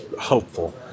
hopeful